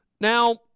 Now